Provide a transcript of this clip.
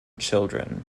children